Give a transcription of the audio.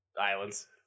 islands